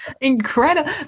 Incredible